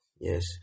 Yes